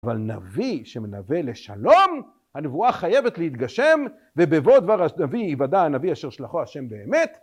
‫אבל נביא שמנבא לשלום, ‫הנבואה חייבת להתגשם, ‫ובבוא דבר הנביא יוודע הנביא ‫אשר שלחו ה' באמת.